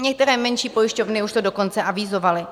Některé menší pojišťovny už to dokonce avizovaly.